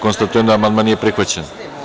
Konstatujem da amandman nije prihvaćen.